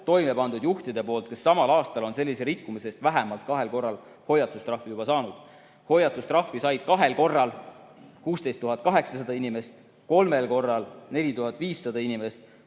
toime pandud juhtide poolt, kes samal aastal olid sellise rikkumise eest vähemalt kahel korral juba hoiatustrahvi saanud. Hoiatustrahvi said kahel korral 16 800 inimest ja kolmel korral 4500 inimest,